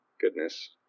goodness